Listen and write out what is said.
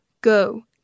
Go